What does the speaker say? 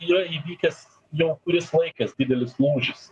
yra įvykis jau kuris laikas didelis lūžis